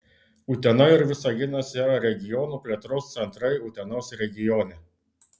utena ir visaginas yra regiono plėtros centrai utenos regione